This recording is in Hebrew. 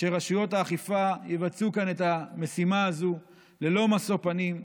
שרשויות האכיפה יבצעו כאן את המשימה הזו ללא משוא פנים,